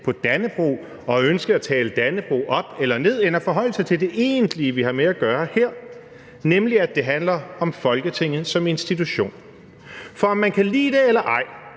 på Dannebrog, og at tale Dannebrog op eller ned end med at forholde sig til det egentlige, vi har med at gøre her, nemlig at det handler om Folketinget som institution. For om man kan lide det eller ej,